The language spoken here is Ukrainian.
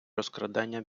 розкрадання